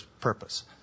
purpose